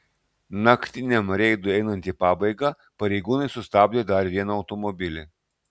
naktiniam reidui einant į pabaigą pareigūnai sustabdė dar vieną automobilį